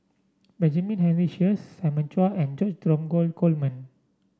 Benjamin Henry Sheares Simon Chua and George Dromgold Coleman